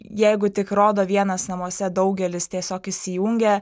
jeigu tik rodo vienas namuose daugelis tiesiog įsijungia